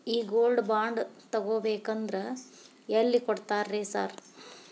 ಈ gold bond ತಗಾಬೇಕಂದ್ರ ಎಲ್ಲಿ ಕೊಡ್ತಾರ ರೇ ಸಾರ್?